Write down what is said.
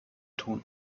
tun